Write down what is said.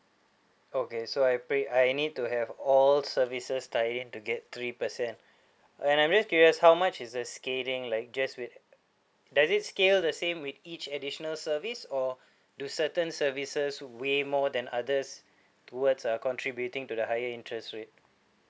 okay so I pray I need to have all services tie in to get three percent and I'm just curious how much is the scaling like just with does it scale the same with each additional service or do certain services weigh more than others towards uh contributing to the higher interest rate